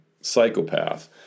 psychopath